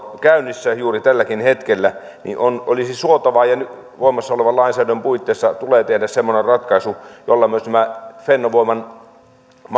käynnissä juuri tälläkin hetkellä olisi suotavaa tehdä ja voimassa olevan lainsäädännön puitteissa tulee tehdä semmoinen ratkaisu jolla myös nämä fennovoiman